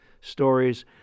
stories